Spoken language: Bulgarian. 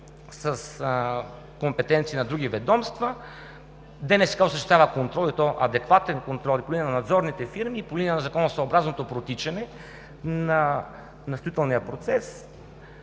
с компетенции на други ведомства, ДНСК осъществява контрол и то адекватен, и по линия на надзорните фирми, и по линия на законосъобразното протичане на строителния процес.